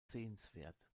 sehenswert